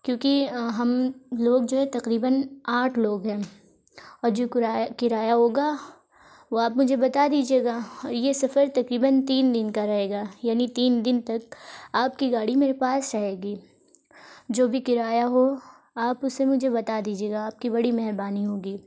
کیونکہ ہم لوگ جو ہے تقریباً آٹھ لوگ ہیں اور جو کورایہ کرایہ ہوگا وہ آپ مجھے بتا دیجیے گا اور یہ سفر تکریباً تین دن کا رہے گا یعنی تین دن تک آپ کی گاڑی میرے پاس رہے گی جو بھی کرایہ ہو آپ اسے مجھے بتا دیجیے گا آپ کی بڑی مہربانی ہوگی